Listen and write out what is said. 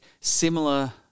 similar